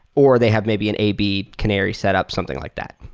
or they have maybe an ab canary setup, something like that.